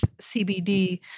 CBD